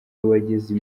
wageze